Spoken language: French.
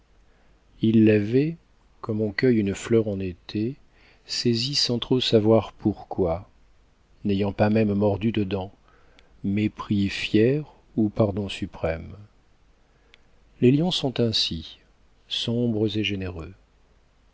il l'avait comme on cueille une fleur en été saisi sans trop savoir pourquoi n'ayant pas même mordu dedans mépris fier ou pardon suprême les lions sont ainsi sombres et généreux